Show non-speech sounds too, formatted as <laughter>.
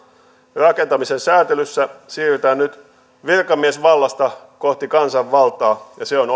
rakentamisen säätelyssä siirrytään nyt virkamiesvallasta kohti kansanvaltaa ja se on <unintelligible>